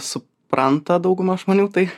supranta dauguma žmonių tai